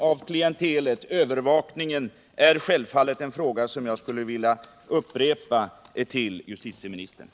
Jag skulle i det här sammanhanget vilja be justitieministern att något utveckla frågan om differentieringen av klientelet för att förbättra övervakningen.